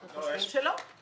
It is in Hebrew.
אנחנו חושבים שלא.